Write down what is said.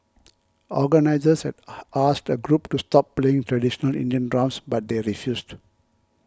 organisers had asked a group to stop playing traditional Indian drums but they refused